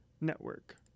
Network